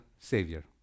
Savior